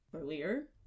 Earlier